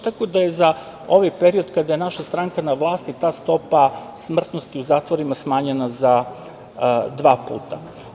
Tako da je za ovaj period kada je naša stranka na vlasti ta stopa smrtnosti u zatvorima smanjena za dva puta.